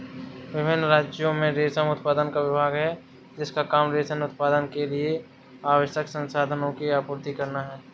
विभिन्न राज्यों में रेशम उत्पादन का विभाग है जिसका काम रेशम उत्पादन के लिए आवश्यक संसाधनों की आपूर्ति करना है